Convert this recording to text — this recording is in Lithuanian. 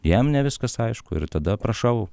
jam ne viskas aišku ir tada prašau